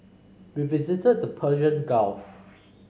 we visited the Persian Gulf